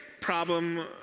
problem